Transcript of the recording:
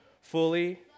fully